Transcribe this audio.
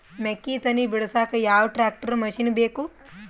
ಮೆಕ್ಕಿ ತನಿ ಬಿಡಸಕ್ ಯಾವ ಟ್ರ್ಯಾಕ್ಟರ್ ಮಶಿನ ಬೇಕು?